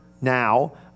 now